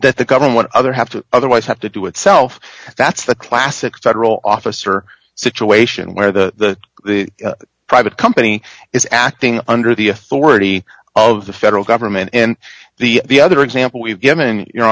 that the government other have to otherwise have to do itself that's the classic federal officer situation where the private company is acting under the authority of the federal government and the the other example we've given you